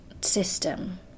system